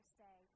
say